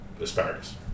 asparagus